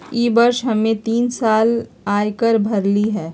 ई वर्ष हम्मे तीन लाख आय कर भरली हई